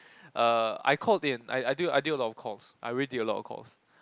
uh I called in I I did I did a lot of calls I really did a lot of calls